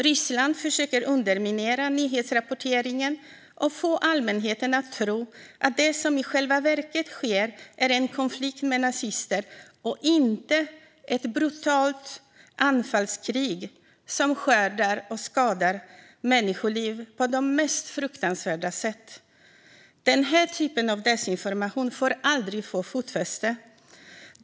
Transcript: Ryssland försöker underminera nyhetsrapporteringen och få allmänheten att tro att det som i själva verket sker är en konflikt med nazister och inte ett brutalt anfallskrig som skördar och skadar människoliv på de mest fruktansvärda sätt. Den här typen av desinformation får aldrig få fotfäste.